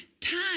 time